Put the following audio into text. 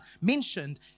mentioned